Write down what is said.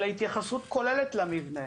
אלא התייחסות כוללת למבנה.